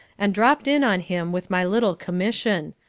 and dropped in on him with my little commission.